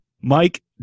Mike